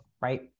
right